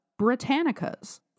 Britannicas